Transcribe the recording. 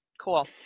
cool